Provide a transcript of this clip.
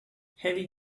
heavy